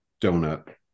donut